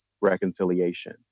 reconciliation